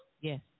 Yes